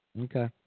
okay